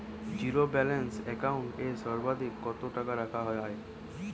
Zero balance account এ সর্বাধিক কত টাকা রাখা য়ায়?